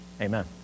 Amen